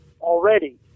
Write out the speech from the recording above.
already